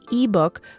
ebook